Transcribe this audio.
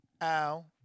Al